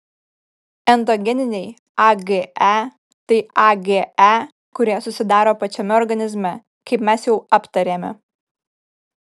endogeniniai age tai age kurie susidaro pačiame organizme kaip mes jau aptarėme